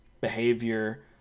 behavior